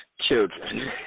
children